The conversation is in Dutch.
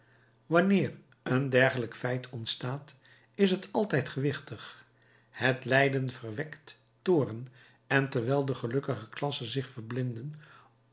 wanneer een dergelijk feit ontstaat is het altijd gewichtig het lijden verwekt toorn en terwijl de gelukkige klassen zich verblinden